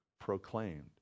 proclaimed